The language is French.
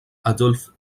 adolphe